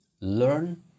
Learn